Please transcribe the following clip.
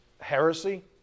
heresy